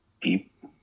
deep